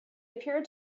appeared